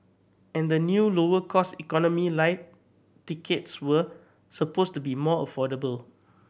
and the new lower cost Economy Lite tickets were supposed to be more affordable